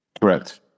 Correct